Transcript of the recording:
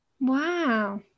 Wow